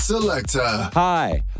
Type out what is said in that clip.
Hi